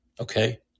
okay